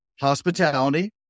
hospitality